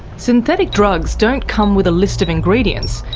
synthetic drugs don't come with a list of ingredients,